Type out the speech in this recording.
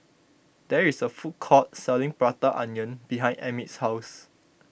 there is a food court selling Prata Onion behind Emit's house